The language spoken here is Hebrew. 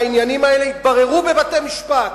והעניינים האלה יתבררו בבתי-משפט,